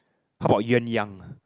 called Yuan-Yang ah